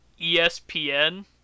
ESPN